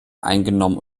eingenommen